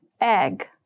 egg